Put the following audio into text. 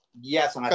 yes